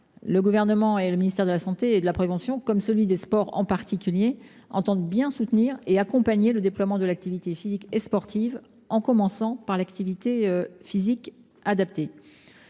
le Gouvernement tout entier, le ministère de la santé et de la prévention et le ministère des sports entendent bien soutenir et accompagner le déploiement de l’activité physique et sportive, en commençant par l’activité physique adaptée.